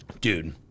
Dude